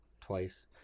twice